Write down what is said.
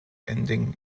ending